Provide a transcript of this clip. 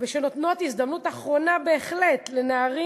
ונותנות הזדמנות אחרונה בהחלט לנערים